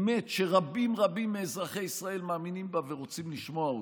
אמת שרבים רבים מאזרחי ישראל מאמינים בה ורוצים לשמוע אותה,